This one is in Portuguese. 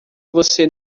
você